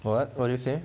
what what do you say